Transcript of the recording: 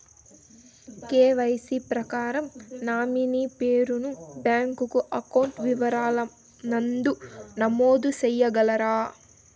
KYC ప్రకారం nominee పేరు ను బ్యాంకు అకౌంట్ వివరాల నందు నమోదు సేయగలరా?